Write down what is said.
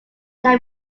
harry